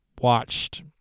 Watched